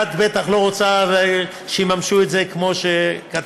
את בטח לא רוצה שיממשו את זה כמו שכתבת,